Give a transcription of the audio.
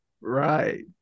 Right